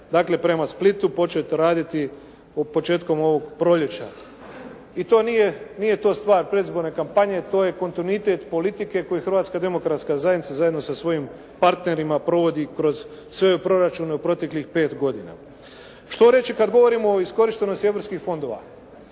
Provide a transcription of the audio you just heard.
dakle, prema Splitu početi raditi početkom ovoga proljeća. I to nije, nije to stvar predizborne kampanje, to je kontinuitet politike koji Hrvatska Demokratska Zajednica zajedno sa svojim partnerima provodi kroz svoje proračune u proteklih 5 godina. Što reći kada govorimo o iskorištenosti europskih fondova.